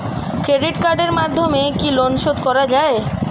Credit কার্ডের মাধ্যমে কি লোন শোধ করা যায়?